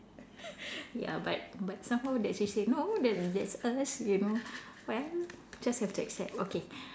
ya but but somehow they actually say no then that's us you know well just have to accept okay